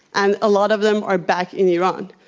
and a lot of them are back in iran.